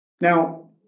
Now